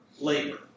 labor